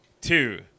Two